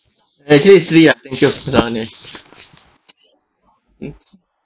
actually it's three ya thank you hold on yeah mm